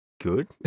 Good